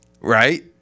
Right